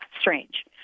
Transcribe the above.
strange